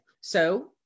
So-